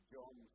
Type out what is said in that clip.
John